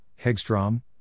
Hegstrom